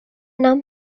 নাম